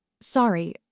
sorry